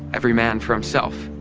every man for himself,